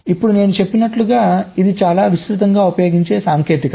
ఇప్పుడు నేను చెప్పినట్లుగా ఇది చాలా విస్తృతంగా ఉపయోగించే సాంకేతికత